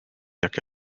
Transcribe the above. jacke